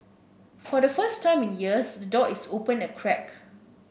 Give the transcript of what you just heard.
for the first time in years the door is open a crack